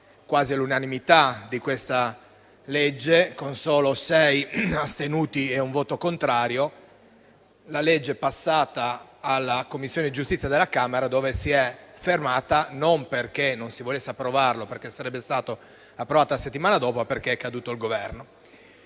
quasi all'unanimità di questa legge, con solo sei astenuti e un voto contrario. Il provvedimento è passato alla Commissione giustizia della Camera dove si è fermato, non perché non lo si volesse approvare, perché sarebbe stato approvato la settimana successiva, ma perché è caduto il Governo.